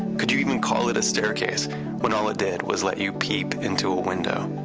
could you even call it a staircase when all it did was let you peep into a window?